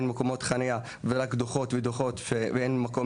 אין מקומות חניה ורק דוחות ודוחות ואין מקום